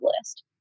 list